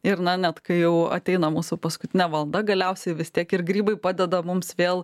ir na net kai jau ateina mūsų paskutinė valda galiausiai vis tiek ir grybai padeda mums vėl